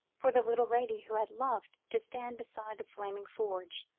for the little lady who had loved to stand beside the flaming forge,